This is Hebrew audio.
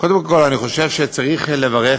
קודם כול, אני חושב שצריך לברך